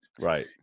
Right